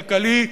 כלכלי,